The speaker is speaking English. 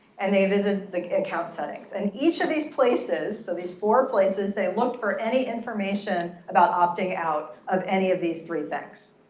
and they visited the account settings. and each of these places, so these four places, they looked for any information about opting out of any of these three things.